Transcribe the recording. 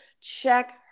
check